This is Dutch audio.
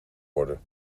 worden